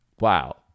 wow